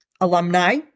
alumni